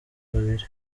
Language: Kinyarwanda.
babiri